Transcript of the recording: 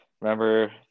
remember